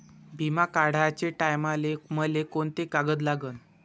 बिमा काढाचे टायमाले मले कोंते कागद लागन?